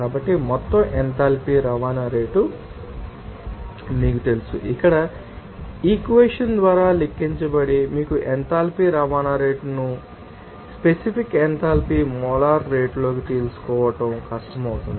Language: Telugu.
కాబట్టి మొత్తం ఎంథాల్పీ రవాణా రేటు మీకు తెలుసు ఇక్కడ ఈ ఈక్వెషన్ ద్వారా లెక్కించబడి మీకు ఎంథాల్పీ రవాణా రేటు తెలుసు అని చెప్పవచ్చు స్పెసిఫిక్ ఎంథాల్పీని మోలార్ రేటులోకి తెలుసుకోవడం మీకు కష్టమవుతుంది